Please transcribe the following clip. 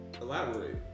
elaborate